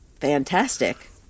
Fantastic